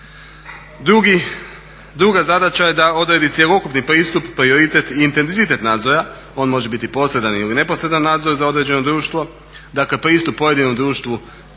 Druga zadaća je da odredi cjelokupni pristup, prioritet i intenzitet nadzora, on može biti posredan ili neposredan nadzor za određeno društvo, dakle pristup pojedinom društvu